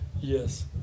Yes